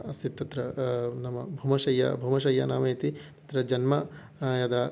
आसीत् तत्र नाम भूमशय्या भूमशय्या नाम इति तत्र जन्म यदा